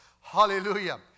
hallelujah